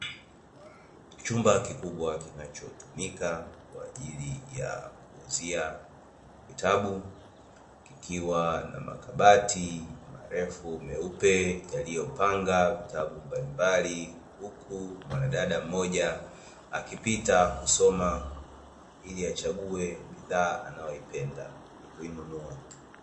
Chumba kikubwa kinachotumika kwajili ya kuuzia vitabu kikiwa na makabati marefu meupe yaliyo panga vitabu mbalimbali, huku dada mmoja akipita kusoma ili achague bidhaa anayoipenda na kuinunua.